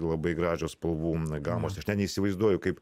labai gražios spalvų gamos aš net neįsivaizduoju kaip